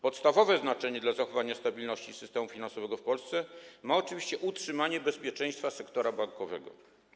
Podstawowe znaczenie dla zachowania stabilności systemu finansowego w Polsce ma oczywiście utrzymanie bezpieczeństwa sektora bankowego.